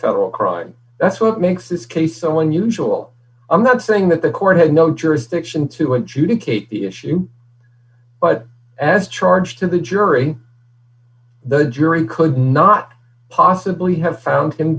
federal crime that's what makes this case so unusual i'm not saying that the court had no jurisdiction to adjudicate the issue but as charged to the jury the jury could not possibly have found him